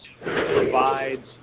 provides